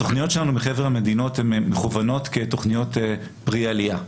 התכניות שלנו מחבר המדינות הן מכוונות כתכניות פרי עלייה,